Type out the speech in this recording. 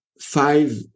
five